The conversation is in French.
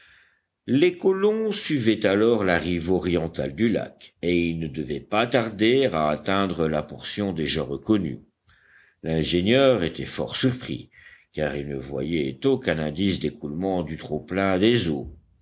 les colons suivaient alors la rive orientale du lac et ils ne devaient pas tarder à atteindre la portion déjà reconnue l'ingénieur était fort surpris car il ne voyait aucun indice d'écoulement du trop-plein des eaux